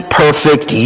perfect